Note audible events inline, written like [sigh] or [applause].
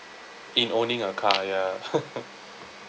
in owning a car ya [laughs]